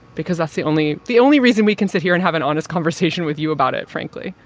because that's the only the only reason we can sit here and have an honest conversation with you about it, frankly.